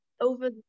over